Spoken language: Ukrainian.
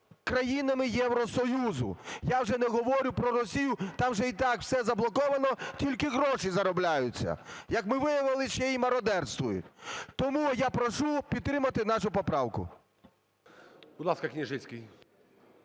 країнами Євросоюзу. Я вже не говорю про Росію, там вже й так все заблоковано, тільки гроші заробляються. Як ми виявили, ще й мародерствують. Тому я прошу підтримати нашу поправку. ГОЛОВУЮЧИЙ. Будь ласка, Княжицький.